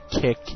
kick